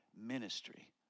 ministry